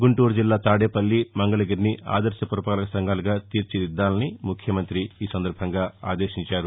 గుంటూరు జిల్లా తాదేపల్లి మంగళగిరిని ఆదర్భ పురపాలకసంఘాలుగా తీర్చిదిద్దాలని ముఖ్యమంతి ఆదేశించారు